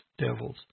devils